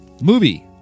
Movie